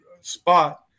spot